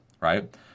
right